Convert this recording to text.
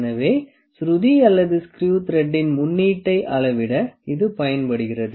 எனவே சுருதி அல்லது ஸ்க்ரீவ் த்ரெடின் முன்னீட்டை அளவிட இது பயன்படுகிறது